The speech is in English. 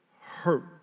hurt